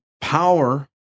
power